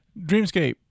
Dreamscape